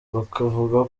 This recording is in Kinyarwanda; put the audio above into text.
bakavuga